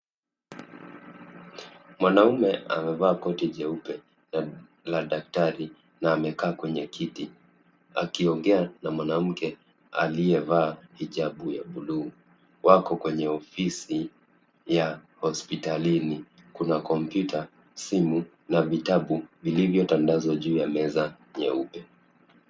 Mwanaume amevaa koti jeupe la daktari na amekaa kwenye kiti akiongea na mwanamke aliyevaa hijab ya buluu. Wako kwenye ofisi ya hospitalini. Kuna kompyuta ,simu na vitabu vilivyotandazwa juu ya meza nyeupe.